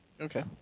Okay